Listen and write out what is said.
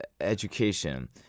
education